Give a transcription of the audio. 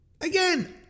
Again